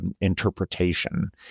interpretation